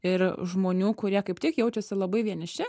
ir žmonių kurie kaip tik jaučiasi labai vieniši